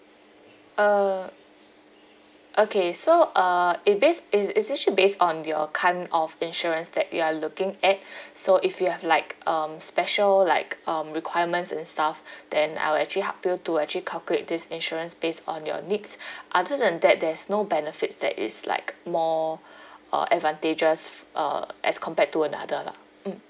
uh okay so uh it based it's it's actually based on your kind of insurance that you are looking at so if you have like um special like um requirements and stuff then I will actually help you to actually calculate this insurance based on your needs other than that there is no benefits that is like more uh advantageous f~ uh as compared to another lah mm